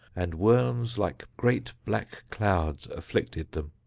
and worms like great black clouds afflicted them.